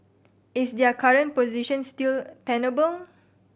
is their current position still tenable